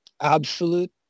absolute